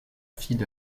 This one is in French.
fille